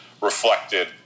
reflected